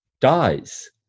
dies